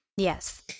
Yes